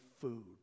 food